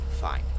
Fine